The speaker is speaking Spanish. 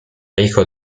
hijo